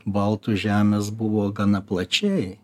baltų žemės buvo gana plačiai